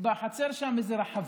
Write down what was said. בחצר שם איזו רחבה,